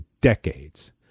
decades